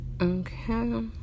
Okay